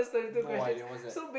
no idea what's that